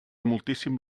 moltíssim